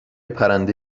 پرنده